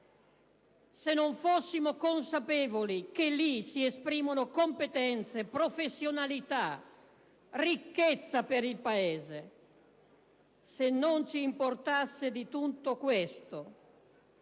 se non fossimo consapevoli che lì si esprimono competenze, professionalità, ricchezza per il Paese; se non ci importasse di tutto questo,